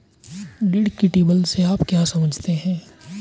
Deductible से आप क्या समझते हैं?